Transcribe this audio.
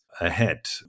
ahead